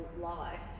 life